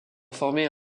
former